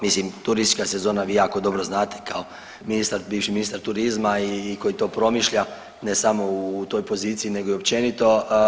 Mislim, turistička sezona, vi jako dobro znate kao ministar, bivši ministar turizma i koji to promišlja, ne samo u toj poziciji nego i općenito.